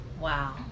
Wow